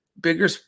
bigger